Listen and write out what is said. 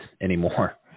anymore